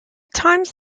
times